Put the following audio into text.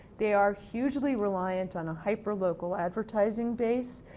they are hugely reliant on a hyper local advertising base.